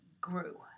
grew